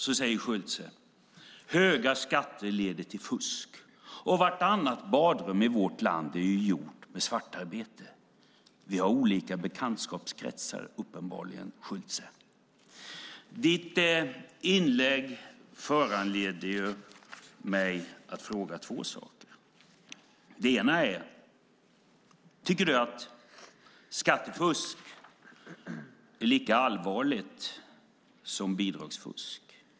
Så säger Schulte: Höga skatter leder till fusk, och vartannat badrum i vårt land är gjort med svartarbete. Vi har uppenbarligen olika bekantskapskretsar, Schulte. Ditt inlägg föranleder mig att fråga två saker. Det ena är: Tycker du att skattefusk är lika allvarligt som bidragsfusk?